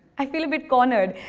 i feel a bit cornered.